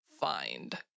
find